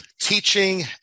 teaching